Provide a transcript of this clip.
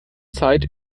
zeit